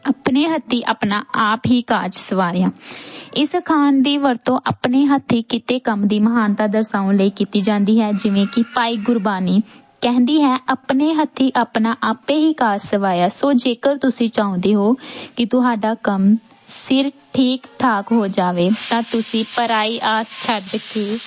ਆਪਣੇ ਹੱਥੀਂ ਆਪਣਾ ਆਪ ਹੀ ਕਾਜ ਸਵਾਰਿਆ ਇਸ ਅਖਾਣ ਦੀ ਵਰਤੋਂ ਆਪਣੇ ਹੱਥੀਂ ਕੀਤੇ ਕੰਮ ਦੀ ਮਹਾਨਤਾ ਦਰਸਾਉਣ ਲਈ ਕੀਤੀ ਜਾਂਦੀ ਹੈ ਜਿਵੇਂ ਕਿ ਭਾਈ ਗੁਰਬਾਣੀ ਕਹਿੰਦੀ ਹੈ ਆਪਣੇ ਹੱਥੀਂ ਆਪਣਾ ਆਪੇ ਹੀ ਕਾਜ ਸਵਾਇਆ ਸੋ ਜੇਕਰ ਤੁਸੀਂ ਚਾਹੁੰਦੇ ਹੋ ਕਿ ਤੁਹਾਡਾ ਕੰਮ ਸਿਰ ਠੀਕ ਠਾਕ ਹੋ ਜਾਵੇ ਤਾ ਤੁਸੀਂ ਪਰਾਈ ਆਸ ਛੱਡ ਕੇ